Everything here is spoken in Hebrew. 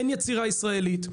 אין יצירה ישראלית,